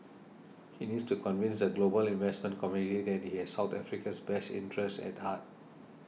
he needs to convince the global investment community that he has South Africa's best interests at heart